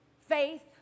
Faith